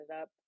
up